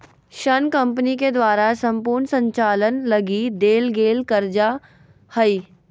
ऋण कम्पनी के द्वारा सम्पूर्ण संचालन लगी देल गेल कर्जा हइ